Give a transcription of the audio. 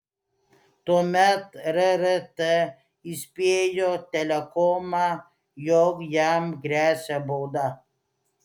tuomet rrt įspėjo telekomą jog jam gresia bauda